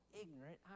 ignorant